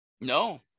No